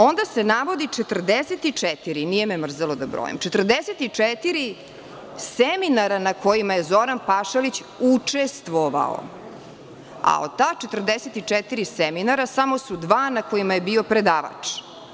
Onda se navodi 44, nije me mrzelo da brojim, 44 seminara na kojima je Zoran Pašalić učestvovao, a od ta 44 seminara samo su dva na kojima je bio predavač.